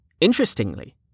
Interestingly